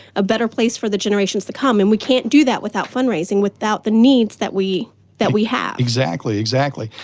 a better place for the generations to come. and we can't do that without fundraising, without the needs that we that we have. exactly, exactly,